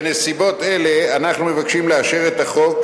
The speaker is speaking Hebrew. בנסיבות אלה אנחנו מבקשים לאשר את החוק,